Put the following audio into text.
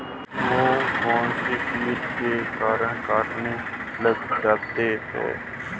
मूंग कौनसे कीट के कारण कटने लग जाते हैं?